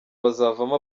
bazavamo